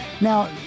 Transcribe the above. now